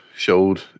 showed